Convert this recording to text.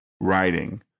writing